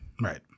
Right